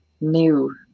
new